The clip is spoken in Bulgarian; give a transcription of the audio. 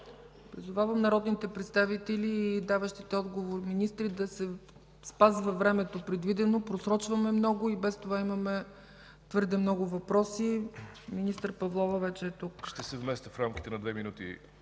Призовавам народните представители и даващите отговор министри да се спазва времето, което е предвидено. Просрочваме много и без това имаме твърде много въпроси. Министър Павлова вече е тук. МИНИСТЪР ВЕСЕЛИН ВУЧКОВ: Ще се вместя в рамките на две минути,